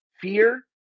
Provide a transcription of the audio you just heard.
fear